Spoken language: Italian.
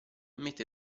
mette